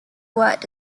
worked